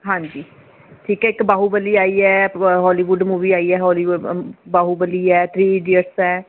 ਹਾਂਜੀ ਠੀਕ ਹੈ ਇੱਕ ਬਾਹੂਬਲੀ ਆਈ ਹੈ ਹਾਲੀਵੁੱਡ ਮੂਵੀ ਆਈ ਹੈ ਹੋਲੀਵਡ ਬਾਹੂਬਲੀ ਹੈ ਥਰੀ ਇਡੀਅਟਸ ਹੈ